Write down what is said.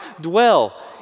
dwell